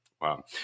Wow